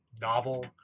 novel